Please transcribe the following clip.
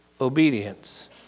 obedience